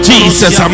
Jesus